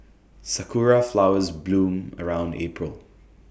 Sakura Flowers bloom around April